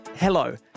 Hello